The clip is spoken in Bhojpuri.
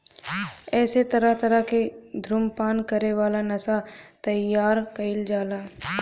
एसे तरह तरह के धुम्रपान करे वाला नशा तइयार कईल जाला